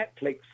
Netflix